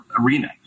arena